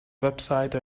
website